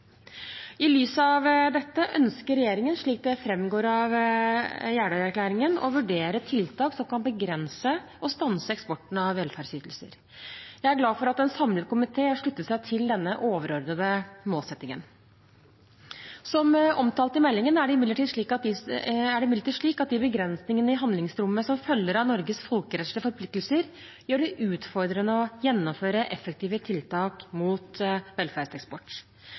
I lys av dette ønsker regjeringen, slik det framgår av Jeløya-erklæringen, å vurdere tiltak som kan begrense og stanse eksporten av velferdsytelser. Jeg er glad for at en samlet komité har sluttet seg til denne overordnede målsettingen. Som omtalt i meldingen er det imidlertid slik at de begrensningene i handlingsrommet som følger av Norges folkerettslige forpliktelser, gjør det utfordrende å gjennomføre effektive tiltak mot velferdseksport.